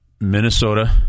Minnesota